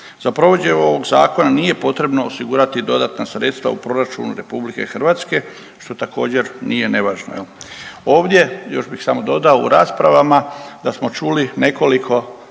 Za provođenje ovog zakona nije potrebno osigurati dodatna sredstva u proračunu RH, što također nije nevažno jel. Ovdje, još bih samo dodao, u raspravama da smo čuli nekoliko